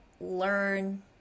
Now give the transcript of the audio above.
learn